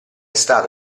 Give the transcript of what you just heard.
stato